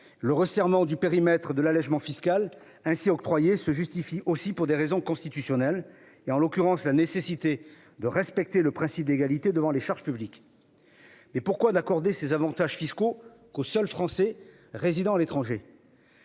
Le resserrement du périmètre de l'allégement fiscal se justifie aussi pour des raisons constitutionnelles, qui imposent de respecter le principe d'égalité devant les charges publiques. Mais pourquoi n'accorder ces avantages fiscaux qu'aux seuls Français résidant à l'étranger ?